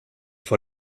vor